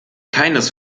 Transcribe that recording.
keines